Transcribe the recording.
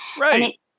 Right